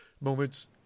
moments